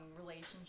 relationship